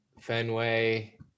Fenway